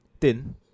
Thin